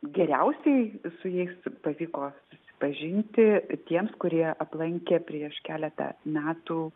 geriausiai su jais pavyko pažinti tiems kurie aplankė prieš keletą metų